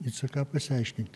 į ck pasiaiškint